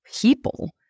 people